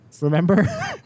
Remember